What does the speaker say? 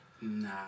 Nah